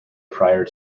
prior